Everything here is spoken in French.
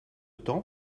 temps